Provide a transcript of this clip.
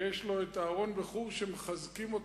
ויש אהרן וחור שמחזקים אותו,